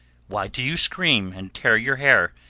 why do you scream, and tear your hair,